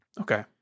Okay